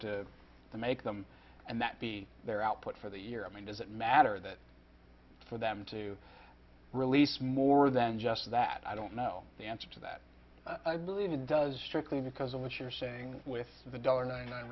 the make them and that be their output for the year i mean does it matter that for them to release more than just that i don't know the answer to that i believe it does strictly because of what you're saying with the dollar ninety nine